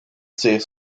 tirs